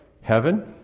heaven